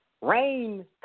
Rain